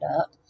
up